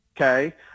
Okay